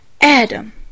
Adam